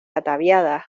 ataviadas